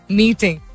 meeting